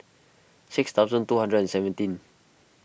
six thousand two hundred and seventeen